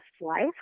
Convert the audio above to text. life